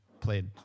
played